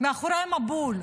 אחריי המבול.